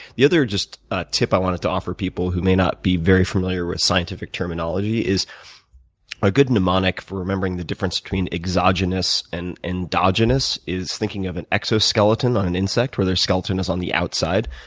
the other ah tip i wanted to offer people who may not be very familiar with scientific terminology is a good pneumonic for remembering the difference between exogenous and endogenous is thinking of an exoskeleton on an insect, where their skeleton is on the outside.